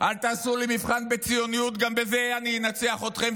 אל תעשו לי מבחן בציונות, גם בזה אני אנצח אתכם.